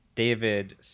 david